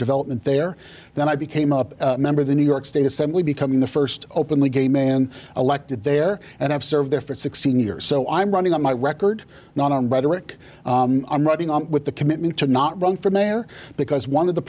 development there then i became up member of the new york state assembly becoming the first openly gay man elected there and i've served there for sixteen years so i'm running on my record not on rhetoric i'm writing on with the commitment to not run for mayor because one of the